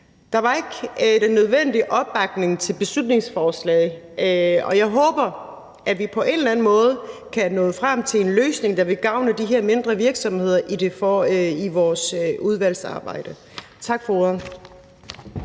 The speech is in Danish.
Der er ikke den nødvendige opbakning til beslutningsforslaget, og jeg håber, at vi på en eller anden måde i vores udvalgsarbejde kan nå frem til en løsning, der vil gavne de her mindre virksomheder. Tak for ordet.